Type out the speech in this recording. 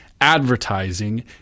advertising